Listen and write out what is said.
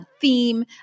theme